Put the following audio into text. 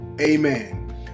amen